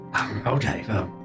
Okay